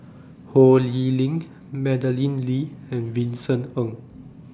Ho Lee Ling Madeleine Lee and Vincent Ng